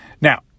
Now